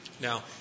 Now